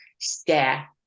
stare